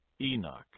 Enoch